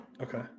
Okay